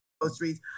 groceries